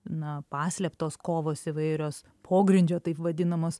na paslėptos kovos įvairios pogrindžio taip vadinamos